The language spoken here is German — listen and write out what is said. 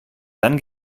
dann